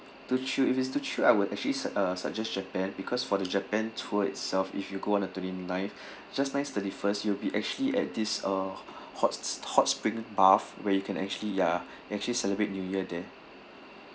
to chill if it's to chill I would actually sugg~ uh suggest japan because for the japan tour itself if you go on the twenty-ninth just nice thirty-first you'll be actually at this uh hot hot spring bath where you can actually ya actually celebrate new year there